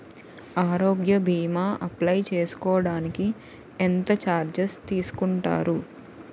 ఆరోగ్య భీమా అప్లయ్ చేసుకోడానికి ఎంత చార్జెస్ తీసుకుంటారు?